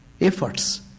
efforts